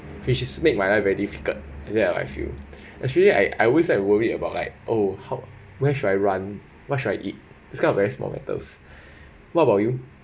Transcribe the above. which it made my life very difficult and that how I feel actually I I wish I worry about like oh how where should I run what should I eat this kind of very small matters what about you